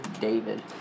David